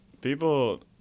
people